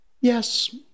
Yes